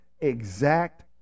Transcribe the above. Exact